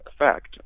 effect